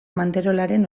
manterolaren